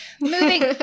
Moving